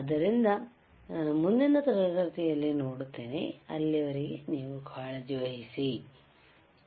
ಆದ್ದರಿಂದ ನಾನು ಮುಂದಿನ ತರಗತಿಯಲ್ಲಿ ನೋಡುತ್ತೇನೆ ಅಲ್ಲಿಯವರೆಗೆ ನೀವು ಕಾಳಜಿ ವಹಿಸಿ ಬೈ